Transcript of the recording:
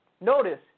Notice